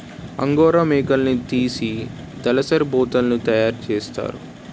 angora మేకలున్నితీసి దలసరి బొంతలు తయారసేస్తారు